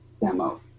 demo